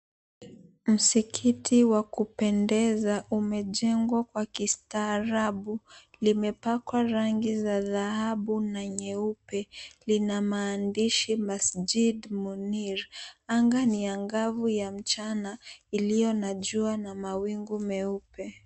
Msikiti wa kupendeza umejengwa kwa kistaarabu limepakwa rangi za dhahabu na nyeupe lina maandishi Masjid Munir, anga ni angavu ya mchana iliyo na jua na mawingu meupe.